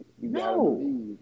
no